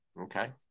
Okay